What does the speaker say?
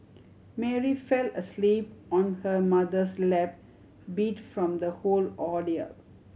Mary fell asleep on her mother's lap beat from the whole ordeal